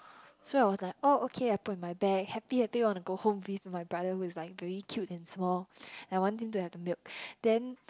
so I was like oh okay I put in my bag happy happy wanna go home with my brother who is like very cute and small I want him to have the milk then